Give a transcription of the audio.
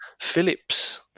Phillips